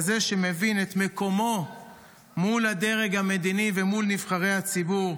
כזה שמבין את מקומו מול הדרג המדיני ומול נבחרי הציבור,